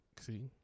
See